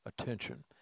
attention